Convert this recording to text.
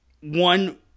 one